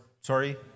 sorry